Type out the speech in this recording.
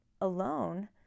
alone